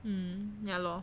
mm yeah lor